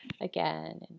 Again